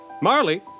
Marley